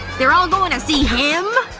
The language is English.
they're all going to see him!